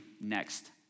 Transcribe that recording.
next